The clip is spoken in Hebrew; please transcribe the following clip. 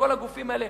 כל הגופים האלה,